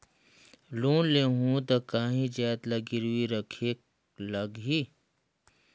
Loan लेहूं ता काहीं जाएत ला गिरवी रखेक लगही?